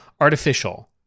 Artificial